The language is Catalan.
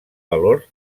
valor